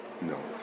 No